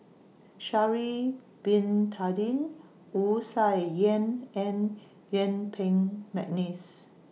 Sha'Ari Bin Tadin Wu Tsai Yen and Yuen Peng Mcneice